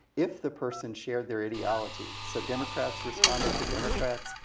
if the person shared their ideology. so democrats responded to democrats,